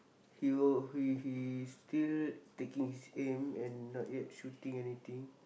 he will he he still taking his aim and not yet shooting anything